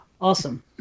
Awesome